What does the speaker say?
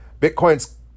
Bitcoin's